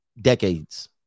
decades